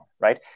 right